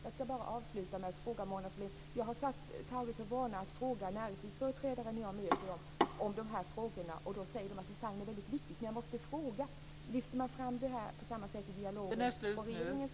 Jag har tagit för vana att när jag möter näringslivets företrädare fråga dem om dessa saker. De säger då att detta med design är väldigt viktigt men jag måste fråga: Lyfter man fram det här på samma sätt i dialogen från regeringens sida?